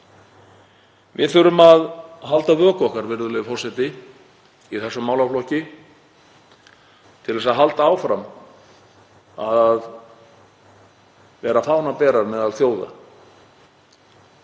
Við þurfum að halda vöku okkar, virðulegi forseti, í þessum málaflokki til þess að halda áfram að vera fánaberar meðal þjóða